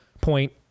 point